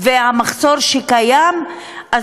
על המחסור שקיים שם.